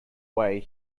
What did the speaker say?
way